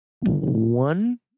One